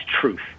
truth